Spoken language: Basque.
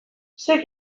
zuek